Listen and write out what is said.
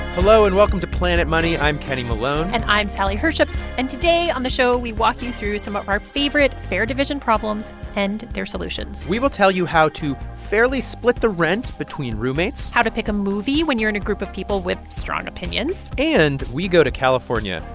hello, and welcome to planet money. i'm kenny malone and i'm sally herships. and today on the show, we walk you through some of our favorite fair division problems and their solutions we will tell you how to fairly split the rent between roommates. how to pick a movie when you're in a group of people with strong opinions and we go to california,